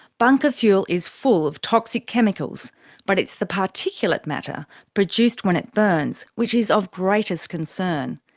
bunker fuel is full of toxic chemicals but it's the particulate matter produced when it burns which is of greatest concern.